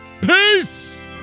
peace